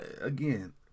again